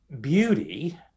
Beauty